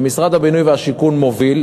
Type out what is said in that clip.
שמשרד הבינוי והשיכון מוביל,